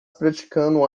praticando